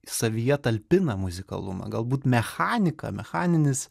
savyje talpina muzikalumą galbūt mechaniką mechaninis